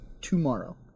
tomorrow